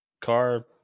car